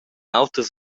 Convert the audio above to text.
auters